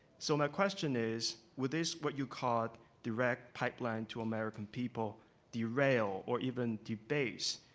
so my question is, will this what you called direct pipeline to american people derail, or even debase